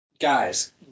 Guys